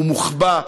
הוא מוחבא,